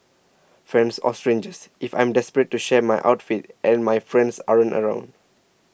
friends or strangers if I'm desperate to share my outfit and my friends aren't around